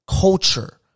culture